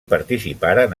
participaren